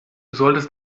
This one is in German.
solltest